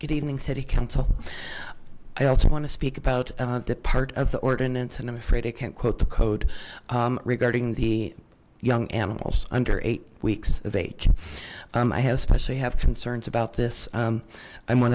good evening city council i also want to speak about that part of the ordinance and i'm afraid i can't quote the code regarding the young animals under eight weeks of age and i have to say have concerns about this i'm one